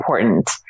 important